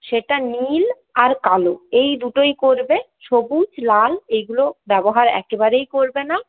সেটা নীল আর কালো এই দুটোই করবে সবুজ লাল এগুলো ব্যবহার একেবারেই করবে না